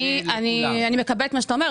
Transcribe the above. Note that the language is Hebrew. אני מקבלת את מה שאתה אומר.